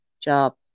job